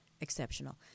exceptional